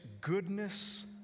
goodness